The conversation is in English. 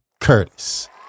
Curtis